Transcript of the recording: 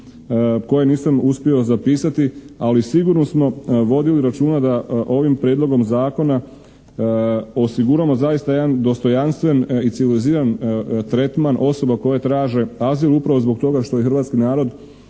koje nisam uspio zapisati, ali sigurno smo vodili računa da ovim Prijedlogom zakona osiguramo zaista jedan dostojanstven i civiliziran tretman osoba koje traže azil upravo zbog toga što je hrvatski narod